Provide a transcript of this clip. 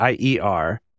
IER